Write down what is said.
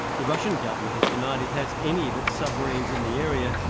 the russian government has denied it has any of its submarines in the area.